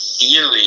theory